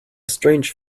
strange